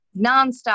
nonstop